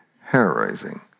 hair-raising